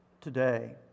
today